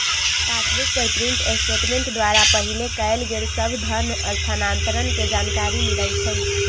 passbook पर print statement द्वारा पहिले कएल गेल सभ धन स्थानान्तरण के जानकारी मिलइ छइ